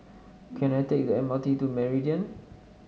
can I take the M R T to Meridian